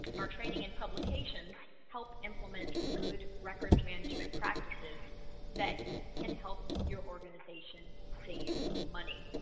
our training and publications help implement good records management practices that can help your organization save money